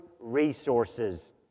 resources